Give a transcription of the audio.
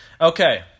Okay